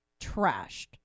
trashed